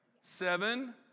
Seven